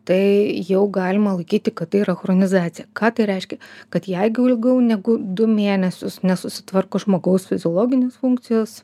tai jau galima laikyti kad tai yra chronizacija ką tai reiškia kad jeigu ilgiau negu du mėnesius nesusitvarko žmogaus fiziologinės funkcijos